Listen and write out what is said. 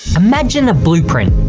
imagine a blueprint,